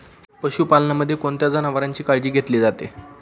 पशुपालनामध्ये कोणत्या जनावरांची काळजी घेतली जाते?